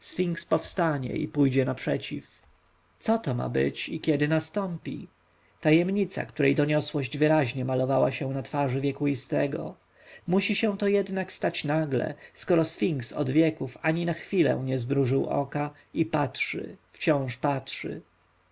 powstanie i pójdzie naprzeciw co to ma być i kiedy nastąpi tajemnica której doniosłość wyraźnie malowała się na twarzy wiekuistego musi się to jednak stać nagle skoro sfinks od wieków ani na chwilę nie zmrużył oka i patrzy wciąż patrzy